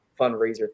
fundraiser